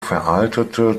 veraltete